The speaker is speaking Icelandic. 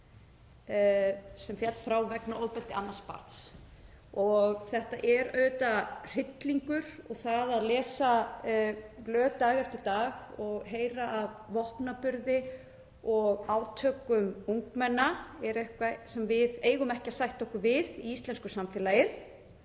sem féll frá vegna ofbeldis annars barns. Þetta er auðvitað hryllingur og það að lesa blöð dag eftir dag og heyra af vopnaburði og átökum ungmenna er eitthvað sem við eigum ekki að sætta okkur við í íslensku samfélagi.